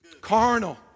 Carnal